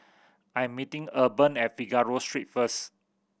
I am meeting Urban at Figaro Street first